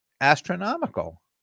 astronomical